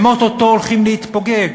הם או-טו-טו הולכים להתפוגג?